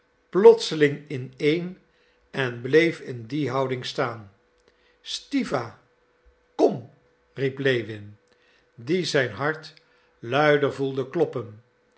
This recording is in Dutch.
plotseling ineen en bleef in die houding staan stiwa kom riep lewin die zijn hart luider voelde kloppen